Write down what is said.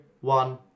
one